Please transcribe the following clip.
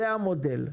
זה המודל.